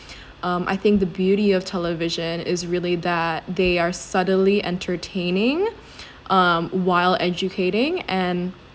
um I think the beauty of television is really that they are suddenly entertaining um while educating and